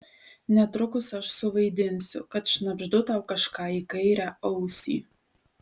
netrukus aš suvaidinsiu kad šnabždu tau kažką į kairę ausį